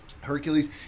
Hercules